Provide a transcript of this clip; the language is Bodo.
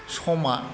समा